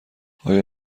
آیا